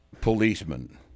policeman